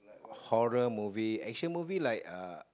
horror movie action movie like uh